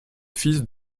fils